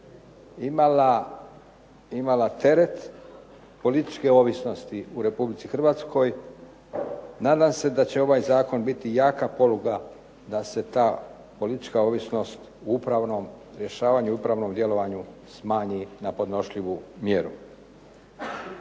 imala teret političke ovisnosti u RH, nadam se da će ovaj zakon biti jaka poluga da se ta politička ovisnost u upravnom rješavanju i upravnom djelovanju smanji na podnošljivu mjeru.